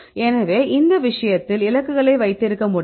எனவே இந்த விஷயத்தில் இலக்குகளை வைத்திருக்க முடியும்